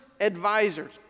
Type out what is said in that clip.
advisors